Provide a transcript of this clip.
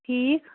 ٹھیٖک